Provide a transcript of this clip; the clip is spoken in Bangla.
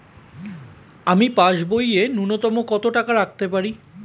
আমি পাসবইয়ে ন্যূনতম কত টাকা রাখতে পারি?